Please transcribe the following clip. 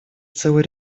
целый